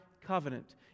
covenant